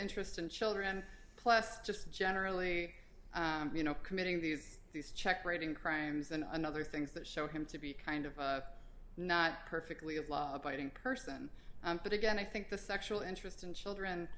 interest in children plus just generally you know committing these these check writing crimes than other things that show him to be kind of not perfectly as law abiding person but again i think the sexual interest in children